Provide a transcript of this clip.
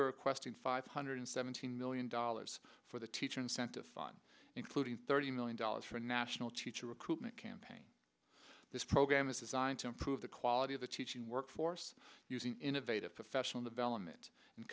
were requesting five hundred seventeen million dollars for the teacher incentive fun including thirty million dollars for a national teacher recruitment campaign this program is designed to improve the quality of the teaching workforce using innovative professional development and